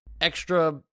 extra